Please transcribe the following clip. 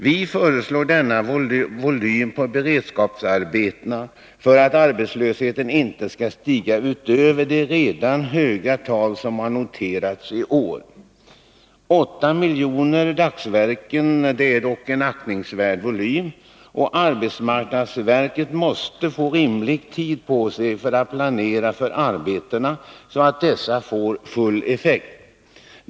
Vi föreslår denna volym på beredskapsarbetena för att arbetslösheten inte skall stiga utöver de redan höga tal som har noterats i år. 8 miljoner dagsverken är dock en aktningsvärd volym, och arbetsmarknadsverket måste få rimlig tid på sig för att planera för arbetena så att dessa får full effekt.